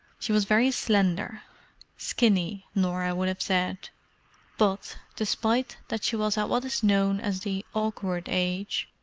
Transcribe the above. she was very slender skinny, norah would have said but, despite that she was at what is known as the awkward age,